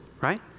right